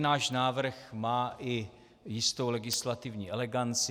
Náš návrh má i jistou legislativní eleganci.